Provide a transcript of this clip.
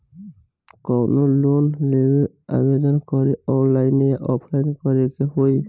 कवनो लोन लेवेंला आवेदन करेला आनलाइन या ऑफलाइन करे के होई?